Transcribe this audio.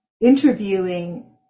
interviewing